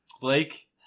Blake